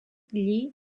lli